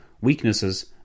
weaknesses